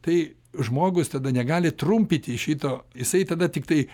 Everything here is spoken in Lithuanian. tai žmogus tada negali trumpyti šito jisai tada tiktai